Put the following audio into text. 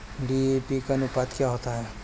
DAP का अनुपात क्या होता है?